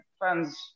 fans